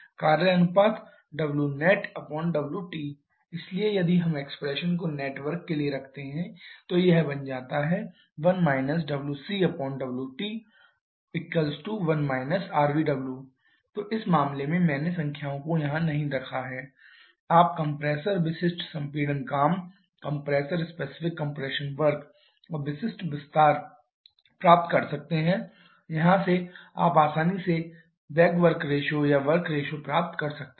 कार्य अनुपात है rwwnetwt इसलिए यदि हम एक्सप्रेसन को नेट वर्क के लिए रखते हैं तो यह बन जाता है 1 wcwt1 rbw तो इस मामले में मैंने संख्याओं को यहां नहीं रखा है आप कंप्रेसर विशिष्ट संपीड़न काम और विशिष्ट विस्तार प्राप्त कर सकते हैं वहां से आप आसानी से बैक वर्क रेशियो या वर्क रेशियो प्राप्त कर सकते हैं